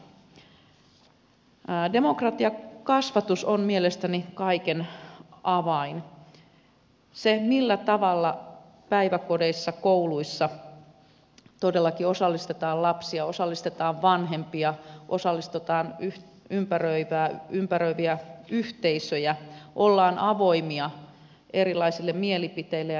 demokratiakasvatus on mielestäni kaiken avain se millä tavalla päiväkodeissa kouluissa todellakin osallistetaan lapsia osallistetaan vanhempia osallistetaan ympäröiviä yhteisöjä ollaan avoimia erilaisille mielipiteille ja näkemyksille